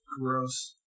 gross